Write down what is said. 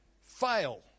fail